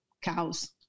cows